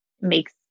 makes